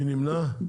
מי נמנע?